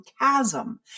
chasm